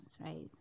Right